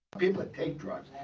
people take drugs.